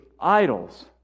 idols